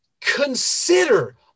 consider